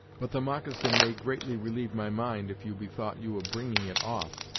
but the moccasin may greatly relieve my mind, if you bethought you of bringing it off.